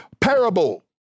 parable